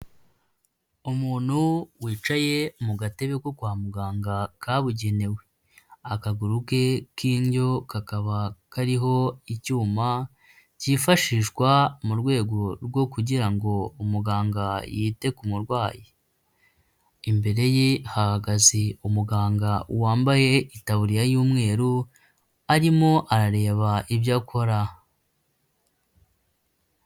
Umuntu wicaye mu gatebe ko kwa muganga kabugenewe, akaguru ke k'indyo kakaba kariho icyuma cyifashishwa mu rwego rwo kugira ngo umuganga yite ku murwayi. Imbere ye hahagaze umuganga wambaye itaburiya y'umweru, arimo arareba iby’akora.